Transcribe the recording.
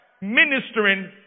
ministering